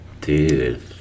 Dude